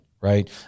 right